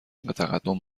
تقدم